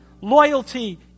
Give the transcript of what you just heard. loyalty